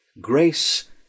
grace